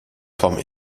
forme